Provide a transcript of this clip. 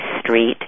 Street